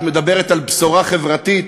את מדברת על בשורה חברתית?